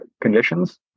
conditions